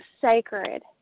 sacred